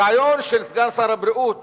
הרעיון של סגן שר הבריאות